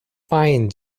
pine